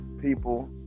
people